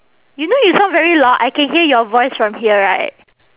you know you sound very loud I can hear your voice from here right